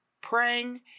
praying